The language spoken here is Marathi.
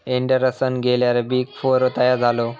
एंडरसन गेल्यार बिग फोर तयार झालो